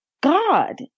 God